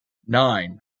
nine